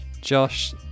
Josh